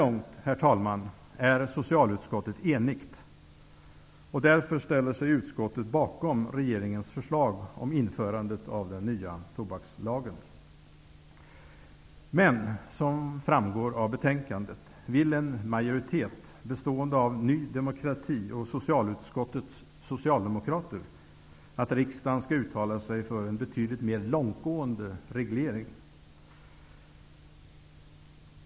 Så här långt är socialutskottet enigt, och därför ställer sig utskottet bakom regeringens förslag om införandet av den nya tobakslagen. Men som framgår av betänkandet vill en majoritet, bestående av Ny demokrati och Socialdemokraterna, att riksdagen skall uttala sig för en betydligt mer långtgående reglering.